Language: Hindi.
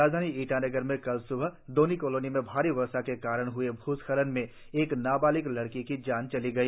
राजधानी ईटानगर में कल सुबह दोनी कॉलोनी में भारी वर्षा के कारण ह्ए भूस्खलन में एक नाबालिग लड़की की जान चली गई